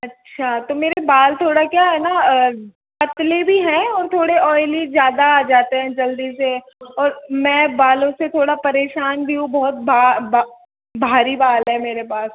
अच्छा तो मेरे बाल थोड़ा क्या है ना पतले भी हैं और थोड़े ऑइली ज़्यादा आ जाते हैं जल्दी से और मैं बालों से थोड़ा परेशान भी हूँ बहुत भारी बाल है मेरे पास